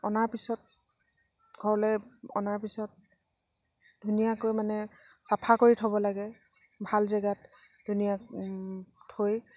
অনাৰ পিছত ঘৰলে অনাৰ পিছত ধুনীয়াকৈ মানে চাফা কৰি থ'ব লাগে ভাল জেগাত ধুনীয়াকৈ থৈ